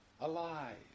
alive